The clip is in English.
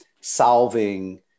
solving